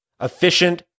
efficient